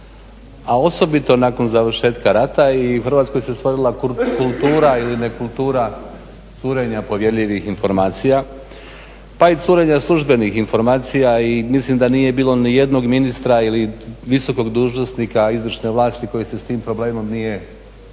a osobito nakon završetka rata i u Hrvatskoj se stvorila kultura ili nekultura curenja povjerljivih informacija, pa i curenja službenih informacija i mislim da nije bilo nijednog ministra ili visokog dužnosnika izvršne vlasti koji se s tim problemom nije